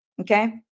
Okay